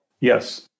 Yes